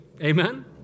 Amen